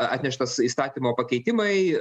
atneštas įstatymo pakeitimai